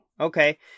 Okay